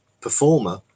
performer